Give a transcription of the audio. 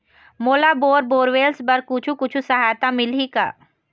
मोला bore borewells बर कुछू कछु सहायता मिलही का?